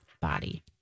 body